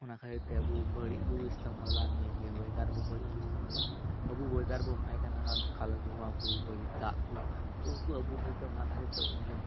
ᱚᱱᱟ ᱠᱷᱟᱹᱛᱤᱨ ᱛᱮ ᱟᱵᱚ ᱵᱟᱹᱲᱤᱡ ᱵᱚᱱ ᱤᱥᱛᱮᱢᱟᱞ ᱮᱫᱟ ᱱᱤᱭᱟᱹ ᱚᱭᱮᱫᱟᱨ ᱟᱵᱚ ᱵᱟᱹᱲᱤᱡ ᱵᱚ ᱤᱥᱛᱮᱢᱟᱞ ᱮᱫᱟ ᱟᱵᱚ ᱚᱭᱮᱫᱟᱨ ᱵᱚ ᱮᱢᱟᱭ ᱠᱟᱱᱟ ᱠᱟᱞᱳ ᱫᱷᱩᱶᱟ ᱠᱚ ᱵᱟᱹᱲᱤᱡ ᱫᱟᱜ ᱠᱚ ᱛᱚ ᱩᱱᱠᱩ ᱟᱵᱚ ᱠᱷᱟᱹᱛᱤᱨ ᱛᱮ ᱚᱱᱟ ᱠᱷᱟᱹᱛᱤᱨ ᱛᱮ ᱩᱱᱤ